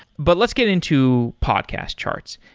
but let's get into podcast charts.